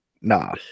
Nah